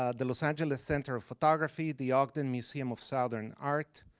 ah the los angeles center of photography, the ogden museum of southern art,